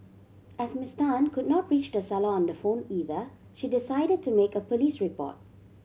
as Miss Tan could not reach the seller on the phone either she decided to make a police report